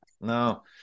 No